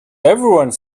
everyone